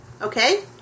okay